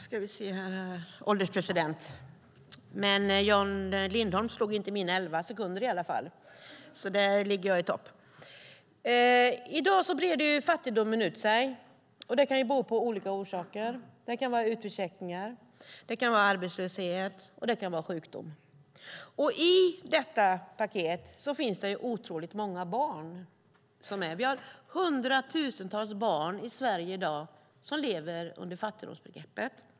Herr ålderspresident! Jan Lindholm slog i alla fall inte mina elva sekunder, så där ligger jag i topp. I dag breder fattigdomen ut sig. Det kan ha olika orsaker. Det kan vara utförsäkringar. Det kan vara arbetslöshet. Det kan vara sjukdom. I detta paket finns det otroligt många barn. Vi har hundratusentals barn i Sverige i dag som lever under fattigdomsbegreppet.